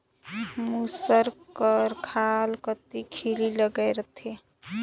मूसर कर खाल कती खीली लगाए रहथे